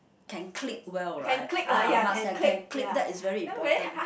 can click well right ah must have can click that is very important